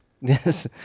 Yes